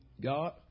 God